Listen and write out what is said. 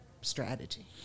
strategy